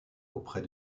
auprès